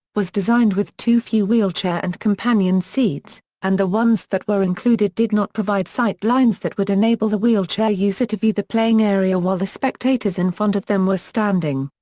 was designed with too few wheelchair and companion seats, and the ones that were included did not provide sight lines that would enable the wheelchair user to the the playing area while the spectators in front of them were standing.